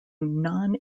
non